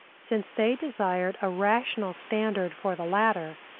since they desired a rational standard for the latter,